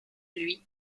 lui